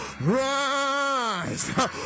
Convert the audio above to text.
rise